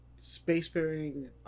spacefaring